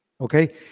Okay